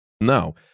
No